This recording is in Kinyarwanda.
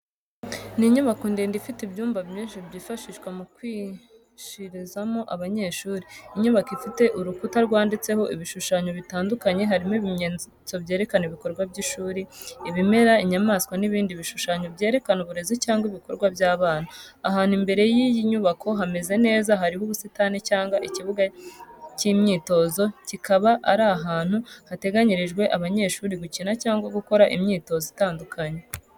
Ni inyubako ndende ifite ibyumba byinshi, byifashishwa mu kwigishirizamo abanyeshuri. Inyubako ifite urukuta rwanditseho ibishushanyo bitandukanye, harimo ibimenyetso byerekana ibikorwa by’ishuri, ibimera, inyamaswa n’ibindi bishushanyo byerekana uburezi cyangwa ibikorwa by’abana. Ahantu imbere y’iyi nyubako hameze neza hariho ubusitani cyangwa ikibuga cy’imyitozo kikaba ari ahantu hateganyirijwe abanyeshuri gukina cyangwa gukora imyitozo itandukanye.